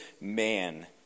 man